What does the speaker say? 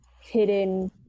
hidden